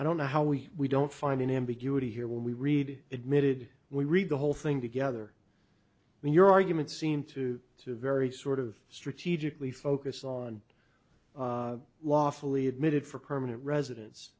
i don't know how we don't find any ambiguity here when we read admitted we read the whole thing together when your arguments seem to to a very sort of strategically focused on lawfully admitted for permanent residen